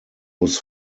muss